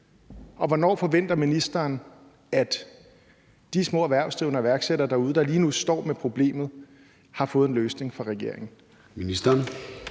Og hvornår forventer ministeren at de små erhvervsdrivende og iværksættere derude, der lige nu står med problemet, har fået en løsning fra regeringen?